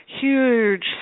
huge